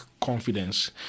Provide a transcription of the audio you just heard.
confidence